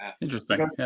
interesting